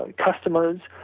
and customers,